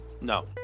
No